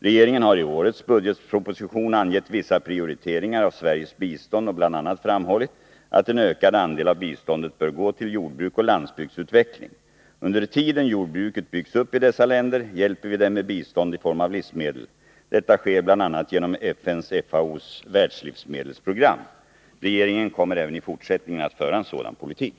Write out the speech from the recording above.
Regeringen har i årets budgetproposition angett vissa prioriteringar av Sveriges bistånd och bl.a. framhållit att en ökad andel av biståndet bör gå till jordbruk och landsbygdsutveckling. Under tiden jordbruket byggs upp i dessa länder hjälper vi dem med bistånd i form av livsmedel. Detta sker bl.a. genom FN:s/FAO:s världslivsmedelsprogram. Regeringen kommer även i fortsättningen att föra en sådan politik.